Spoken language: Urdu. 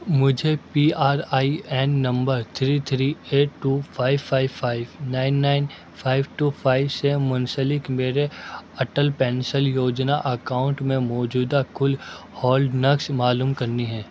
مجھے P R I N number three three ایک two five five five nine nine five two five سے منسلک میرے اٹل پینشن یوجنا اکاؤنٹ میں موجودہ کل ہولڈنکش معلوم کرنی ہیں